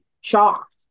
shocked